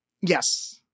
yes